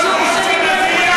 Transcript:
לשום שנים לא התחייבנו.